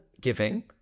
giving